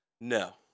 No